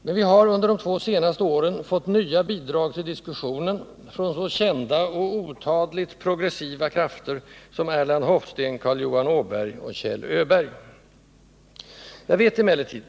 Men vi har dessutom under de två senaste åren fått nya bidrag till diskussionen från så kända och otadligt progressiva krafter som Erland Hofsten, Carl Johan Åberg och Kjell Öberg.